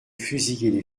fusiller